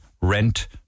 rent